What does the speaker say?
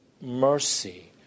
mercy